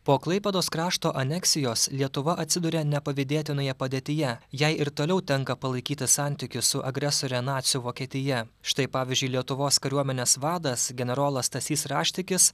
po klaipėdos krašto aneksijos lietuva atsiduria nepavydėtinoje padėtyje jai ir toliau tenka palaikyti santykius su agresore nacių vokietija štai pavyzdžiui lietuvos kariuomenės vadas generolas stasys raštikis